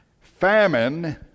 famine